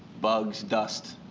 bugs, dust,